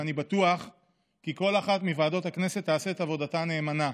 ואני בטוח כי כל אחת מוועדות הכנסת תעשה את עבודתה נאמנה.